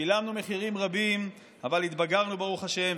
שילמנו מחירים רבים, אבל התבגרנו, ברוך השם.